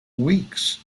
weeks